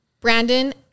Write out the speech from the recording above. Brandon